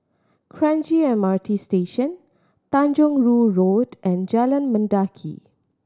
Kranji M R T Station Tanjong Rhu Road and Jalan Mendaki